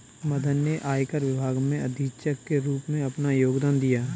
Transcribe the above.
मदन ने आयकर विभाग में अधीक्षक के रूप में अपना योगदान दिया